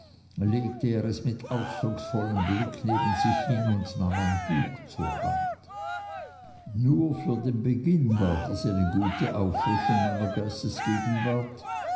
legte er es mit ausdrucksvollem blick neben sich hin und nahm ein buch zur hand nur für den beginn war dies eine gute auffrischung meiner geistesgegenwart